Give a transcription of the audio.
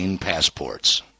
passports